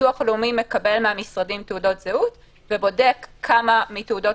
הביטוח הלאומי מקבל מהמשרדים מספרי תעודות זהות ומקבל כמה מתעודות